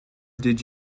did